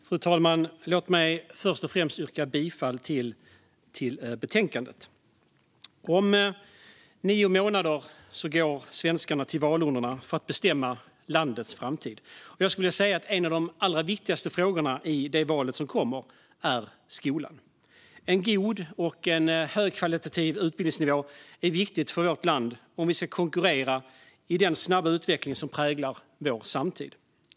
Fru talman! Låt mig först och främst yrka bifall till förslaget i betänkandet. Om nio månader går svenskarna till valurnorna för att bestämma landets framtid. En av de allra viktigaste frågorna i det valet är skolan. En god och högkvalitativ utbildningsnivå är viktig för vårt land om vi ska konkurrera i den snabba utveckling som präglar vår samtid.